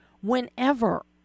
whenever